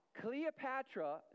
Cleopatra